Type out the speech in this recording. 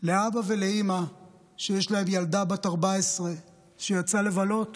לאבא ולאימא שיש להם ילדה בת 14 שיצאה לבלות